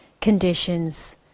conditions